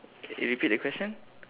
can you repeat the question